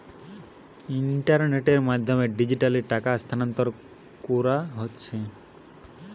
ইন্টারনেটের মাধ্যমে ডিজিটালি টাকা স্থানান্তর কোরা হচ্ছে